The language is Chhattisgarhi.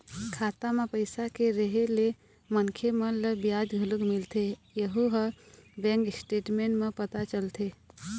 खाता म पइसा के रेहे ले मनखे मन ल बियाज घलोक मिलथे यहूँ ह बैंक स्टेटमेंट म पता चलथे